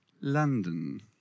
London